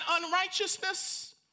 unrighteousness